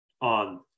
on